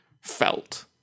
felt